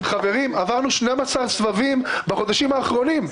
חברים, עברנו 12 סבבים בחודשים האחרונים,